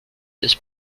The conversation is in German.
ist